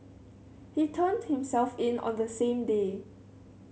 he turned himself in on the same day